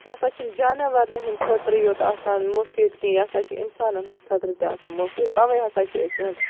یہِ ہسا چھِنہٕ جاناوارنٕے ہٕنٛدۍ خٲطرے یوت آسان مُفیٖد کینٛہہ یہِ ہسا چھُ اِنسانَن ہِنٛدۍ خٲطرٕ تہِ آسان مُفیٖد تَوٕے ہسا چھِ أسۍ یِہِنٛدۍ